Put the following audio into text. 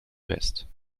west